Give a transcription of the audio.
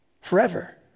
Forever